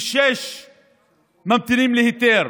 76,000 ממתינים להיתר,